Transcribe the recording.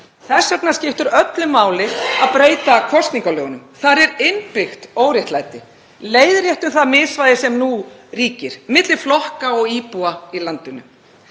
Þess vegna skiptir öllu máli að breyta kosningalögunum. Þar er innbyggt óréttlæti. Leiðréttum það misvægi sem nú ríkir milli flokka og íbúa í landinu.